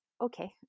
okay